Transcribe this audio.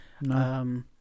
No